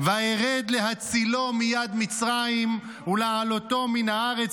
"וארד להצילו מיד מצרים ולהעלֹתו מן הארץ